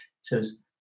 says